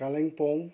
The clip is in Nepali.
कालिम्पोङ